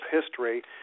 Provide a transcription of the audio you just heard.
history